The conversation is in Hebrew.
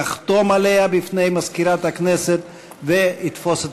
יחתום עליה בפני מזכירת הכנסת ויתפוס את